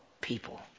people